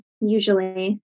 usually